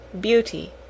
BEAUTY